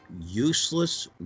useless